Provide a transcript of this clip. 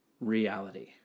reality